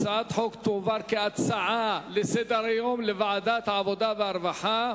הצעת החוק תועבר כהצעה לסדר-היום לוועדת העבודה והרווחה.